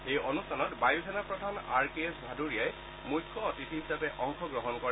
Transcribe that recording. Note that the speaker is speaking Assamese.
এই অনুষ্ঠানত বায়ু সেনা প্ৰধান আৰ কে এছ ভাদোৰিয়াই মুখ্য অতিথি হিচাপে অংশগ্ৰহণ কৰে